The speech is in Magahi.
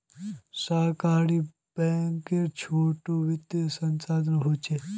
सहकारी बैंक छोटो वित्तिय संसथान होछे